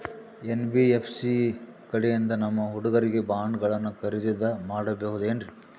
NBFC ಕಡೆಯಿಂದ ನಮ್ಮ ಹುಡುಗರಿಗೆ ಬಾಂಡ್ ಗಳನ್ನು ಖರೀದಿದ ಮಾಡಬಹುದೇನ್ರಿ?